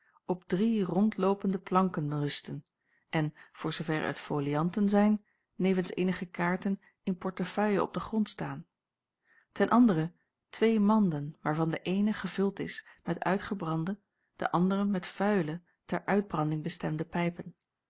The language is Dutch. op drie rondloopende planken rusten en voor zooverre het folianten zijn nevens eenige kaarten in portefeuille op den grond staan ten andere twee manden waarvan de eene gevuld is met uitgebrande de andere met vuile ter uitbranding bestemde pijpen